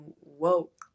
woke